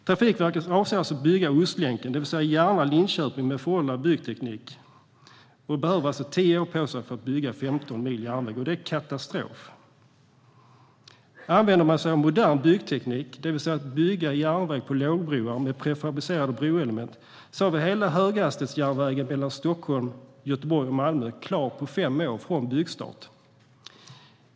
Trafikverket avser alltså att bygga Ostlänken, det vill säga sträckan Järna-Linköping med föråldrad byggteknik. Man behöver alltså tio år på sig för att bygga 15 mil järnväg. Det är katastrof! Använder man sig av modern byggteknik, det vill säga bygger järnväg på lågbroar med prefabricerade broelement, har vi hela höghastighetsjärnvägen mellan Stockholm, Göteborg och Malmö klar på fem år från byggstart.